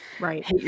right